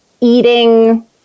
eating